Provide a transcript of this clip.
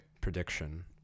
prediction